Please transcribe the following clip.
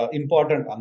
important